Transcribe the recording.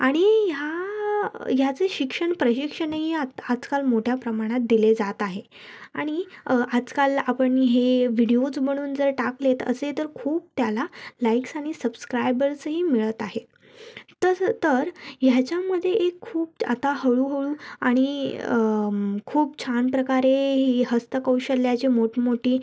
आणि ह्या ह्याचं शिक्षण प्रशिक्षण नाही आहे आत आजकाल मोठ्या प्रमाणात दिले जात आहे आणि आजकाल आपण हे व्हिडीओज म्हणून जर टाकलेत असे तर खूप त्याला लाईक्स आणि सब्स्क्रायबर्सही मिळत आहेत तसं तर ह्याच्यामध्ये एक खूप आता हळूहळू आणि खूप छान प्रकारे ही हस्तकौशल्याची मोठमोठी